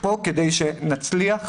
כדי שנצליח